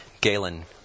Galen